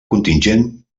contingent